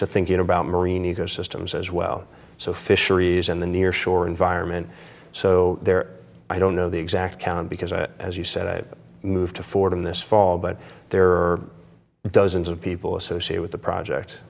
to thinking about marine ecosystems as well so fisheries in the near shore environment so there i don't know the exact count because i as you said i moved to fordham this fall but there are dozens of people associate with the project